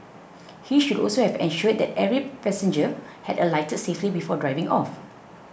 he should also have ensured that every passenger had alighted safely before driving off